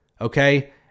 okay